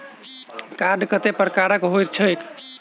Card कतेक प्रकारक होइत छैक?